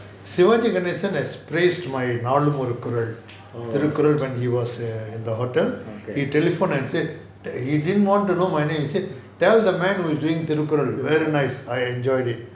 sivaji ganesan has praised my Naalum Oru Kural Thirukkural oru kural thirukkural when he was err in the hotel he telephoned and said that he didn't want to know my name he said tell the man who was doing Thirukkural very nice I enjoyed it